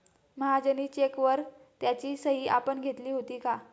महाजनी चेकवर त्याची सही आपण घेतली होती का?